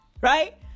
right